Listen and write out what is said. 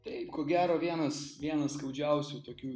taip ko gero vienas vienas skaudžiausių tokių